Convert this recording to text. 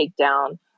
takedown